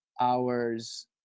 hours